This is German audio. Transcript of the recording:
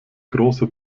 große